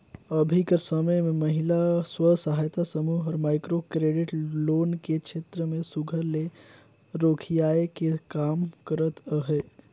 अभीं कर समे में महिला स्व सहायता समूह हर माइक्रो क्रेडिट लोन के छेत्र में सुग्घर ले रोखियाए के काम करत अहे